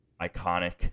iconic